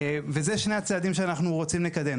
וזה שני הצעדים שאנחנו רוצים לקדם.